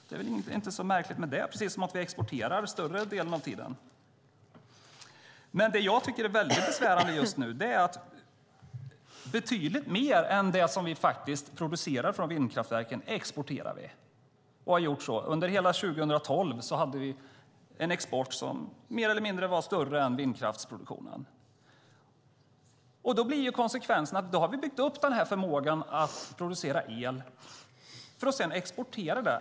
Det är inte så märkligt. Vi exporterar ju större delen av tiden. Något som jag tycker är mycket besvärande just nu är att vi exporterar betydligt mer än det som vi faktiskt producerar från vindkraftverken. Under hela 2012 hade en export som mer eller mindre var större än vindkraftsproduktionen. Då blir konsekvensen att Sverige har byggt upp förmågan att producera el för att sedan exportera den.